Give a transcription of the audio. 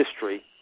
history